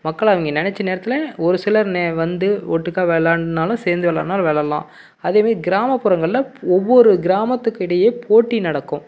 மக்கள் அவங்க நினச்ச நேரத்தில் ஒரு சிலர் நெ வந்து ஒட்டுக்காக விளாட்னாலும் சேர்ந்து விளாட்னாலும் விளாட்லாம் அதே மாரி கிராமப்புறங்களில் ஒவ்வொரு கிராமத்துக்கு இடையே போட்டி நடக்கும்